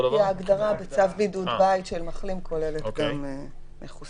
כי ההגדרה בצו בידוד בית של "מחלים" כוללת גם מחוסן.